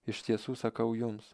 iš tiesų sakau jums